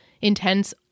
intense